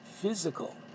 physical